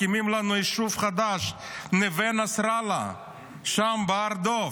מקימים לנו יישוב חדש: נווה נסראללה שם בהר דב